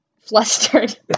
flustered